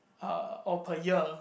uh or per year